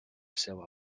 seua